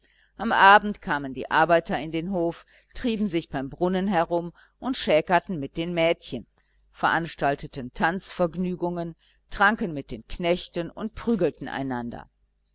am abend kamen die arbeiter auf den hof trieben sich beim brunnen herum und schäkerten mit den mädchen veranstalteten tanzvergnügungen tranken mit den knechten und prügelten einander